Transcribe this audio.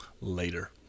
later